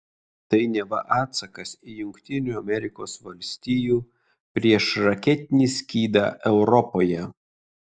tai neva atsakas į jungtinių amerikos valstijų priešraketinį skydą europoje